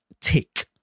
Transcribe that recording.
tick